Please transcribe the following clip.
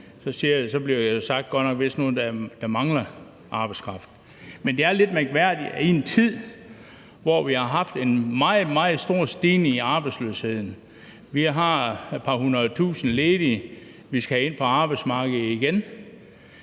Så bliver der godt nok sagt: hvis der mangler arbejdskraft. Men det er lidt mærkværdigt, at regeringen i en tid, hvor vi har haft en meget, meget stor stigning i arbejdsløsheden – vi har et par hundredtusinde ledige, som vi skal have ind på arbejdsmarkedet igen